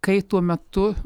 kai tuo metu